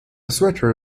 sweater